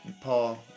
Paul